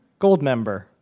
Goldmember